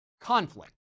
conflict